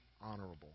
honorable